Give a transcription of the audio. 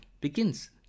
begins